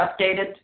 updated